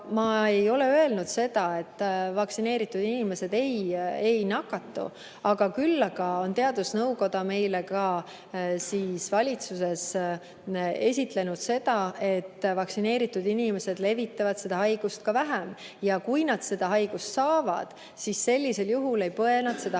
Ma ei ole öelnud, et vaktsineeritud inimesed ei nakatu. Küll aga on teadusnõukoda meile ka valitsuses esitlenud andmeid, et vaktsineeritud inimesed levitavad seda haigust ka vähem ja kui nad selle haiguse saavad, siis ei põe nad seda haigust